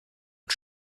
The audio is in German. und